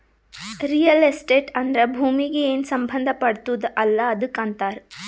real estate ಅಂದ್ರ ಭೂಮೀಗಿ ಏನ್ ಸಂಬಂಧ ಪಡ್ತುದ್ ಅಲ್ಲಾ ಅದಕ್ ಅಂತಾರ್